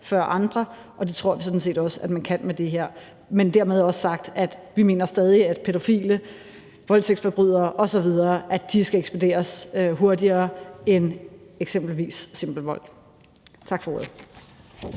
før andre, og det tror vi sådan set også at man kan med det her. Men dermed også sagt, at vi stadig mener, at pædofile, voldtægtsforbrydere osv. skal ekspederes hurtigere end eksempelvis forbrydere, der har begået